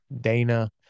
dana